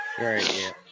right